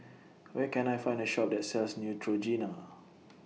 Where Can I Find A Shop that sells Neutrogena